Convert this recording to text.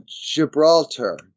Gibraltar